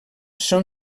són